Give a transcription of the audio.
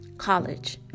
College